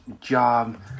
job